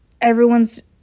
everyone's